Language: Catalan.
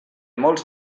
molts